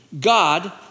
God